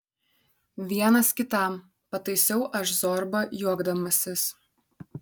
vienas kitam pataisiau aš zorbą juokdamasis